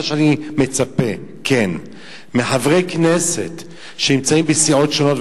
מה שאני כן מצפה מחברי כנסת שנמצאים בסיעות שונות,